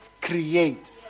create